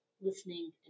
listening